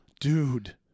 Dude